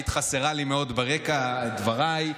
היית חסרה לי מאוד ברקע דבריי.